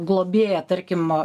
globėja tarkim